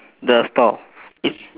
the store it